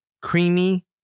creamy